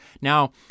now